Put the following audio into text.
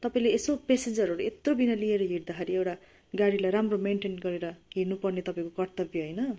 तपाईँले यसो पेसेन्जरहरू यत्रो बिघ्न लिएर हिँड्दाखेरि एउटा गाडीलाई राम्रो मेनटेन गरेर हिँड्नु पर्ने तपाईँको कर्तव्य होइन